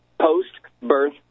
post-birth